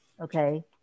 okay